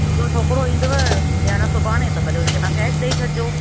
मुंहिंजो छोकिरो ईंदव ॾियणु सुभाणे त भले उनखे तव्हां कैश ॾेई छॾिजो